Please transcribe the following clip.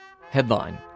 Headline